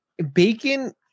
Bacon